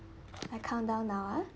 I count down now ah